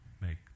make